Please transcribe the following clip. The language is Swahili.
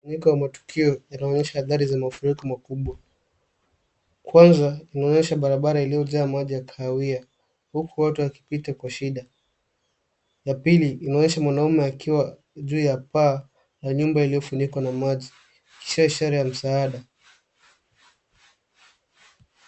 Liko matukio yanaonyesha athari za mafuriko makubwa. Kwanza inaonyesha barabara iliyojaa maji ya kahawia huku watu wakipita kwa shida. Ya pili inaonyesha mwanaume akiwa juu ya paa la nyumba iliyofunikwa na maji. Kisha ishara ya msaada.